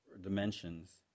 dimensions